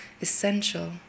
essential